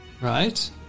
Right